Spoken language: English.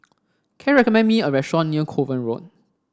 can you recommend me a restaurant near Kovan Road